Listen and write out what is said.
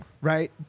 Right